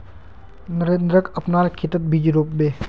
नरेंद्रक अपनार खेतत बीज रोप बे